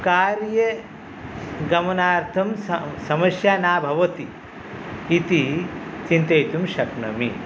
कार्ये गमनार्थं समस्या न भवति इति चिन्तयितुं शक्नोमि